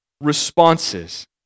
responses